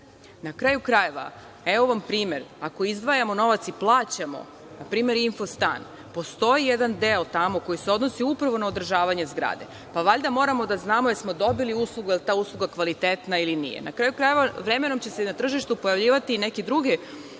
Na kraju krajeva, evo vam primer. Ako izdvajamo novac i plaćamo, na primer Infostan, postoji jedan deo tamo koji se odnosi upravo na održavanje zgrade. Pa, valjda moramo da znamo jesmo li dobili uslugu, jel ta usluga kvalitetna ili nije. Na kraju krajeva, vremenom će se na tržištu pojavljivati i neke druge